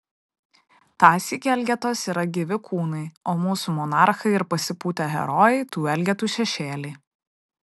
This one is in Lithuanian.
tąsyk elgetos yra gyvi kūnai o mūsų monarchai ir pasipūtę herojai tų elgetų šešėliai